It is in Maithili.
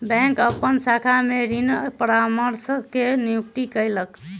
बैंक अपन शाखा में ऋण परामर्शक के नियुक्ति कयलक